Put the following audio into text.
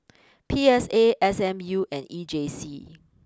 P S A S M U and E J C